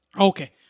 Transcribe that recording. Okay